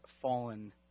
fallen